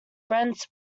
brent